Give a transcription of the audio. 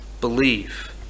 believe